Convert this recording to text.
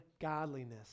godliness